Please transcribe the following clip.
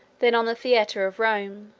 than on the theatre of rome,